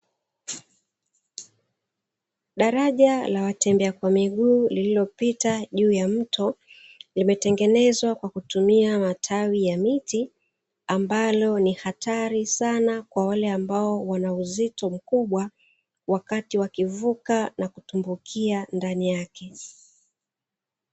Daraja la watembea kwa miguu lililopita juu ya mto limetengenezwa kwa kutumia matawi ya miti, ambalo ni hatari sana kwa wale ambao wanauzito mkubwa wakati wakivuka na kutumbukia ndani yake.